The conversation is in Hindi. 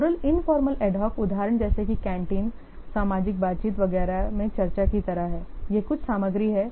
ओरल इनफॉर्मल एडहॉक उदाहरण जैसे कि कैंटीन सामाजिक बातचीत वगैरह में चर्चा की तरह है ये कुछ सामग्री हैं